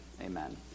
Amen